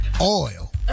Oil